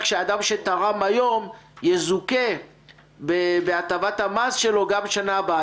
שאדם שתרם היום יזוכה בהטבת המס שלו גם בשנה הבאה?